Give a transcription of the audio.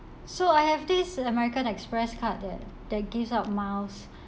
so I have this american express card that they gives out miles